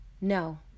No